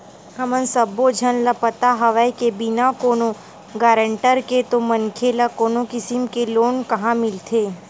हमन सब्बो झन ल पता हवय के बिना कोनो गारंटर के तो मनखे ल कोनो किसम के लोन काँहा मिलथे